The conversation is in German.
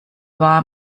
war